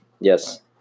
Yes